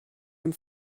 dem